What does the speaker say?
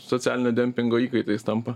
socialinio dempingo įkaitais tampa